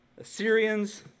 Assyrians